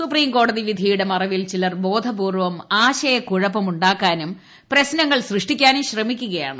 supreme കോടതി വിധിയുടെ മറവിൽ ചിലർ ബോധപുർവ്വം ആശയക്കുഴപ്പം ഉണ്ടാക്കാനും പ്രശ്നങ്ങൾ സൃഷ്ടിക്കാനും ശ്രമിക്കുകയാണ്